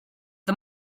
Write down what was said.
the